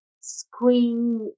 screen